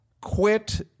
quit